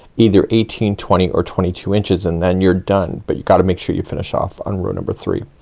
either eighteen, twenty or twenty two inches, and then you're done. but you gotta make sure you finish off on row number three.